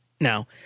Now